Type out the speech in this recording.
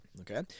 Okay